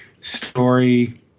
story